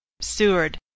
Seward